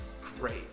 great